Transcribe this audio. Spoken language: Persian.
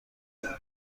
کردم